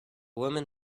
women